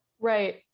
Right